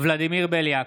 ולדימיר בליאק,